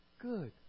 Good